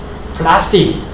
plastic